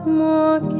more